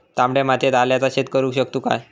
तामड्या मातयेत आल्याचा शेत करु शकतू काय?